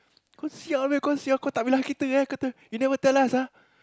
kau si~ kau sial eh tak bilang kita you never tell us ah